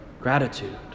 Gratitude